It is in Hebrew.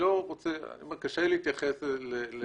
קשה לי להתייחס לנקודה ספציפית.